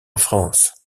france